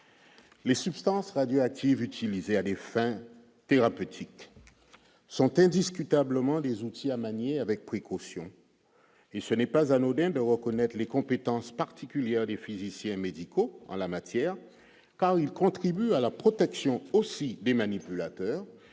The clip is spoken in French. Les substances radioactives utilisées à des fins thérapeutiques sont indiscutablement des outils à manier avec précaution, et ce n'est pas anodin de reconnaître les compétences particulières des physiciens médicaux en la matière car il contribue à la protection aussi des manipulateurs